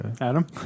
Adam